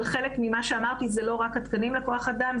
אבל חלק ממה שאמרתי זה לא רק התקנים לכוח אדם,